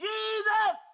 Jesus